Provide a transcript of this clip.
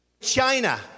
China